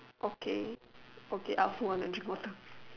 okay okay I also want to drink water